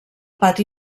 pati